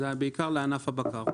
זה בעיקר לענף הבקר.